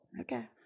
Okay